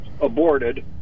aborted